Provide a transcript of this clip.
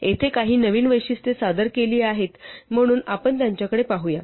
येथे काही नवीन वैशिष्ट्ये सादर केली आहेत म्हणून आपण त्यांच्याकडे पाहूया